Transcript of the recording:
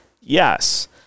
Yes